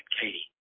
Katie